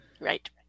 Right